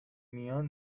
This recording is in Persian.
میان